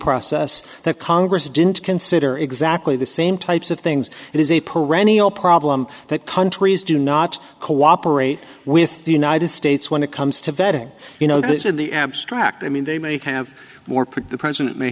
process that congress didn't consider exactly the same types of things it is a perennial problem that countries do not cooperate with the united states when it comes to vetting you know this in the abstract i mean they may have more put the president may